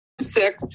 Sick